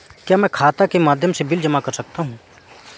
क्या मैं खाता के माध्यम से बिल जमा कर सकता हूँ?